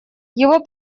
его